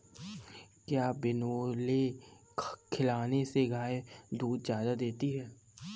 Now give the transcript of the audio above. क्या बिनोले खिलाने से गाय दूध ज्यादा देती है?